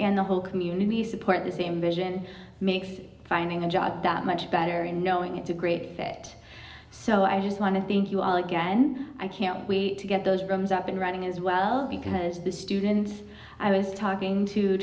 and the whole community support the same vision makes finding a job that much better and knowing it's a great fit so i just want to thank you all again i can't wait to get those drums up and running as well because the students i was talking to